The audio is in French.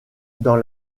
dans